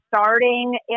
starting